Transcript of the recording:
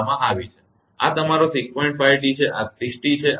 5T છે આ 6T છે આ 7T છે